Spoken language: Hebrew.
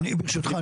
ברשותך,